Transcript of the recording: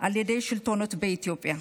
על ידי השלטונות באתיופיה.